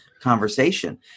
conversation